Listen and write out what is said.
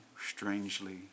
strangely